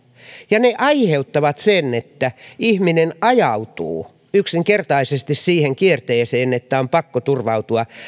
ja ne aiheuttavat sen että ihminen ajautuu yksinkertaisesti siihen kierteeseen että on pakko turvautua